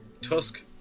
Tusk